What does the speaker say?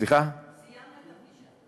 סיימנו את הפגישה.